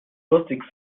lustig